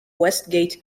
westgate